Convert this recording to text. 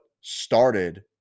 started